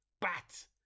bat